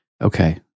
Okay